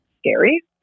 scary